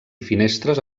finestres